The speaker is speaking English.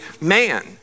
man